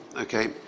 okay